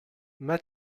m’a